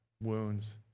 wounds